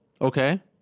Okay